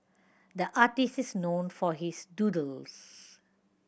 the artist is known for his doodles